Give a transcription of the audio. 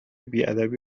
بیادبی